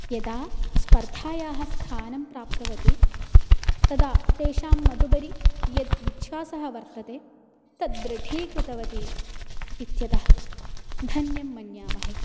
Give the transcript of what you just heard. यदा स्पर्धायाः स्थानं प्राप्तवती तदा तेषां मदुपरि यद्विश्वासः वर्तते तत् दृढीकृतवती इत्यतः धन्यं मन्यामहे